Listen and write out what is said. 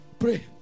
pray